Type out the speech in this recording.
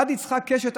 עד יצחק קשת,